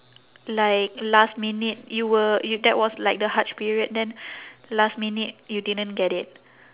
like last minute you were you that was like the hajj period then last minute you didn't get it